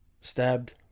stabbed